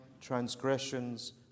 transgressions